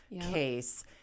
case